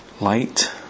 light